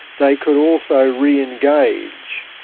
they could also re-engage.